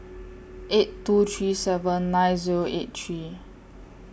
eight two three seven nine Zero eight three